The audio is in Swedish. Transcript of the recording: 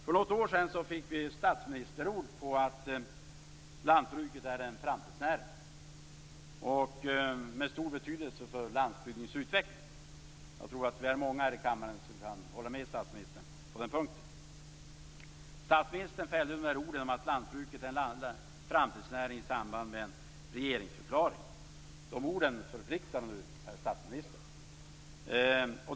För något år sedan fick vi statsministerord på att lantbruket är en framtidsnäring med stor betydelse för landsbygdens utveckling. Jag tror att vi är många här i kammaren som kan hålla med statsministern på den punkten. Statsministern fällde orden om att lantbruket är en framtidsnäring i samband med en regeringsförklaring. De orden förpliktar nu, herr statsminister.